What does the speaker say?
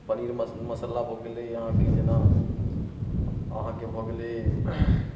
पनीर मसाला भऽ गेलै अहाँकेँ जेना अहाँकेँ भऽ गेलै